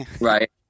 Right